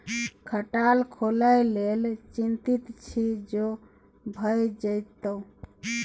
खटाल खोलय लेल चितिंत छी जो भए जेतौ